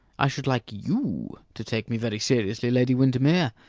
i should like you to take me very seriously, lady windermere,